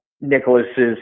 Nicholas's